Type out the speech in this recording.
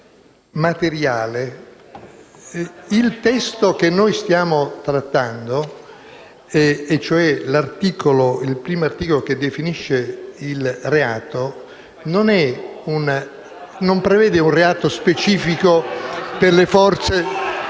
Il testo che stiamo trattando, cioè il primo articolo che definisce il reato, non prevede un reato specifico per le Forze